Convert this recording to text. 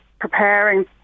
Preparing